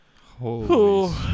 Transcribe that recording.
Holy